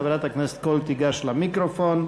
חברת הכנסת קול תיגש למיקרופון,